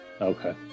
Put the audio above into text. Okay